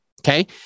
Okay